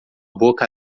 boca